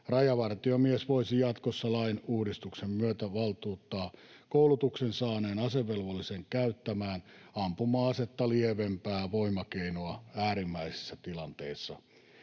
Rajavartiomies voisi jatkossa lain uudistuksen myötä valtuuttaa koulutuksen saaneen asevelvollisen käyttämään ampuma-asetta lievempää voimakeinoa äärimmäisessä tilanteessa.